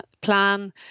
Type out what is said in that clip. plan